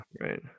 right